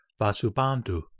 Vasubandhu